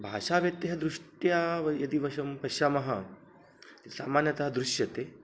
भाषाव्यत्यः दृष्ट्या वा यदि वयं पश्यामः सामान्यतः दृश्यते